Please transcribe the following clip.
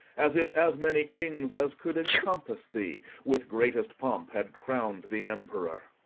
as if as many kings as could encompass thee with greatest pomp had crown'd thee emperor.